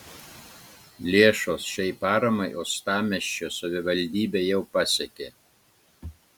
lėšos šiai paramai uostamiesčio savivaldybę jau pasiekė